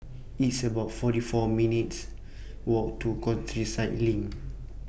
It's about forty four minutes' Walk to Countryside LINK